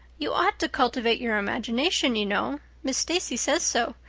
you ought to cultivate your imagination, you know. miss stacy says so.